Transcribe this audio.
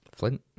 Flint